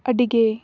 ᱟᱹᱰᱤ ᱜᱮ